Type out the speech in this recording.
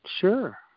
sure